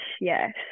yes